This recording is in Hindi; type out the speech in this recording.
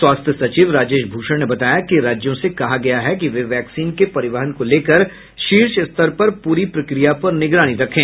स्वास्थ्य सचिव राजेश भूषण ने बताया कि राज्यों से कहा गया है कि वे वैक्सीन के परिवहन को लेकर शीर्ष स्तर पर पूरी प्रक्रिया पर निगरानी रखे